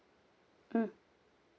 mm